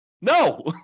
No